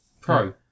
Pro